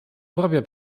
propria